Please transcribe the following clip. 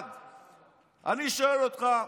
אני שואל אותך,